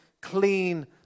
clean